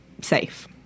safe